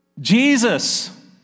Jesus